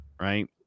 right